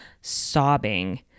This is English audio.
sobbing